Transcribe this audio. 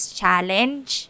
challenge